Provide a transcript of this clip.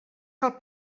cal